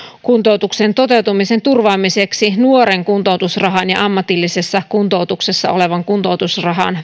kuntoutuksen toteutumisen turvaamiseksi nuoren kuntoutusrahan ja ammatillisessa kuntoutuksessa olevan kuntoutusrahan